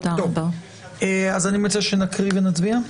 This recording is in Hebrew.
אני מציע שנקריא ונצביע,